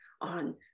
on